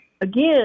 Again